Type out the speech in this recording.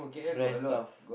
rare stuff